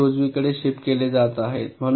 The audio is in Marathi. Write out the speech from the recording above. तर हे उजवीकडे शिफ्ट केले जात आहेत